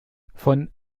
von